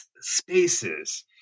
spaces